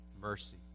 mercy